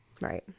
Right